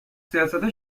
سیاست